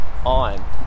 On